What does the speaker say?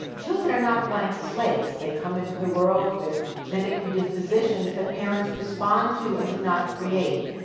children are not blank slates they come into the world with steady pre-dispositions that parents respond to and do not create.